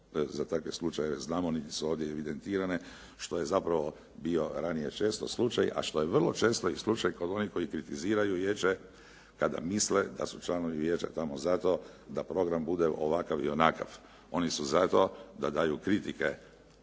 za takve slučajeve znamo niti su ovdje evidentirani što je zapravo bio ranije često slučaj, a što je vrlo često i slučaj kod onih koji kritiziraju vijeće kada misle da su članovi vijeća tamo zato da program bude ovakav i onakav. Oni su za to da daju kritike